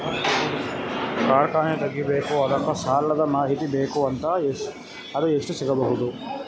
ಕಾರ್ಖಾನೆ ತಗಿಬೇಕು ಅದಕ್ಕ ಸಾಲಾದ ಮಾಹಿತಿ ಬೇಕು ಮತ್ತ ಅದು ಎಷ್ಟು ಸಿಗಬಹುದು?